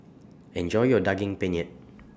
Enjoy your Daging Penyet